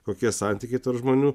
kokie santykiai tarp žmonių